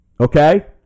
okay